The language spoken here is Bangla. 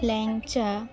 ল্যাংচা